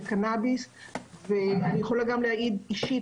שנכנסו לתוכנית של קנאביס וקיבלו את אישורי